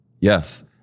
Yes